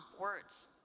words